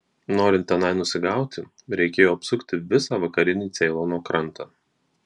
norint tenai nusigauti reikėjo apsukti visą vakarinį ceilono krantą